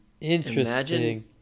Interesting